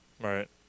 Right